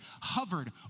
hovered